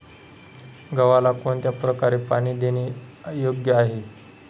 गव्हाला कोणत्या प्रकारे पाणी देणे योग्य आहे?